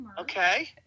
Okay